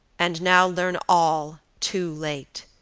and now learn all, too late.